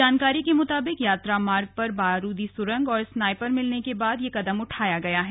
जानकारी के मुताबिक यात्रा मार्ग पर बारूदी सुरंग और स्नाइपर मिलने के बाद यह कदम उठाया गया है